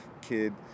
kid